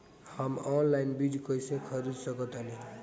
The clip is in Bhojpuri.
हम ऑनलाइन बीज कईसे खरीद सकतानी?